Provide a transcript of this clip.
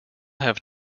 have